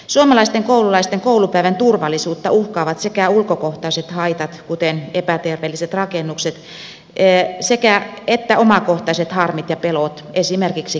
suomalaisten koululaisten koulupäivän turvallisuutta uhkaavat sekä ulkokohtaiset haitat kuten epäterveelliset rakennukset että omakohtaiset harmit ja pelot esimerkiksi kiusaaminen